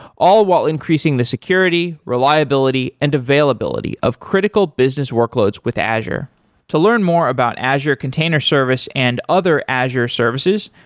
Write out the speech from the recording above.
all while increasing the security, reliability and availability of critical business workloads with azure to learn more about azure container service and other azure services,